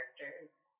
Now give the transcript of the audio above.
characters